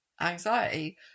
anxiety